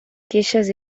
queixes